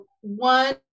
one